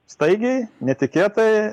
staigiai netikėtai